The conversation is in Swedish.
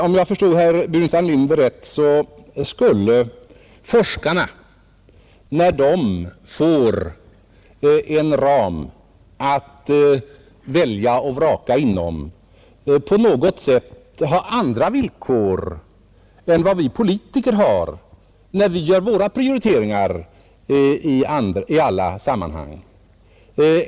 Om jag förstår herr Burenstam Linder rätt, skulle ett uppsättande av en ram för forskarna, inom vilken de får välja och vraka bland sina önskemål, på något sätt innebära att de får arbeta under andra villkor än vad vi politiker har när vi gör våra prioriteringar i olika sammanhang.